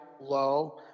low